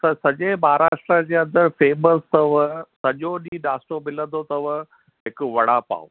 सॼे महाराष्ट्र जे अंदरि फेमस अथव सॼो ॾींहुं नाशितो मिलंदो अथव हिकु वड़ा पाव